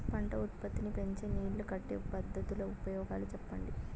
పంట ఉత్పత్తి నీ పెంచే నీళ్లు కట్టే పద్ధతుల ఉపయోగాలు చెప్పండి?